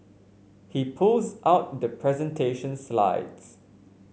he pulls out the presentation slides